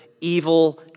evil